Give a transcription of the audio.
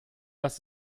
das